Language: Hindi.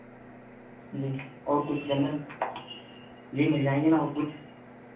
जी और कुछ जनरल जी मिल जाएँगे ना और कुछ